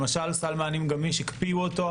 למשל, סל מענים גמיש - הקפיאו אותו.